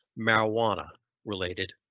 marijuana-related